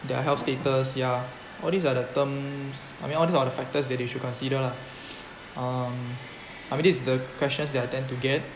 their health status ya all these are the terms I mean all these other factors that you should consider lah um I mean this is the questions that I tend to get